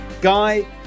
Guy